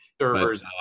Servers